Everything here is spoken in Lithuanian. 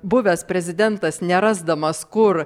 buvęs prezidentas nerasdamas kur